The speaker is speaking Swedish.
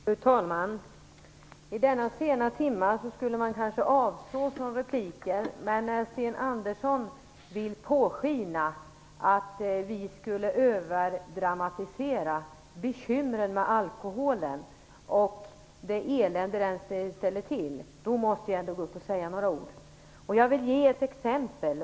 Fru talman! Denna sena timme skulle jag kanske avstå från replik. Men när Sten Andersson vill påskina att vi skulle överdramatisera bekymren med alkoholen och det elände den förorsakar, måste jag säga några ord. Jag vill ge ett exempel.